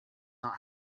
not